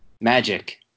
Magic